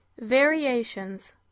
variations